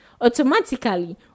automatically